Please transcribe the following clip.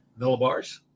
millibars